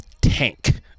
tank